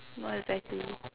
not exactly